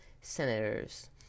Senators